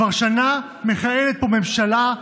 כבר שנה מכהנת פה ממשלה,